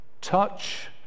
touch